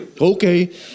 Okay